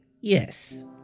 Yes